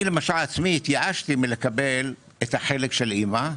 אני למשל עצמי התייאשתי מלקבל את החלק של אימא.